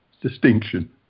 distinction